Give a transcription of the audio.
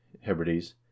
Hebrides